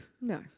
No